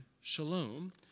shalom